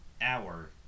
hour